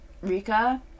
Rika